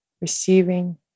receiving